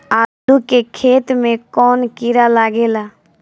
आलू के खेत मे कौन किड़ा लागे ला?